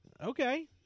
Okay